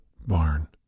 barn